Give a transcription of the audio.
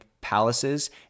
palaces